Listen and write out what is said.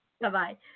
Bye-bye